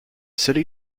city